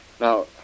Now